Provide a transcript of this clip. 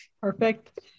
Perfect